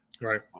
Right